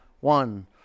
One